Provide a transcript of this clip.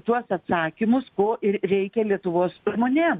tuos atsakymus ko ir reikia lietuvos žmonėm